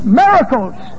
miracles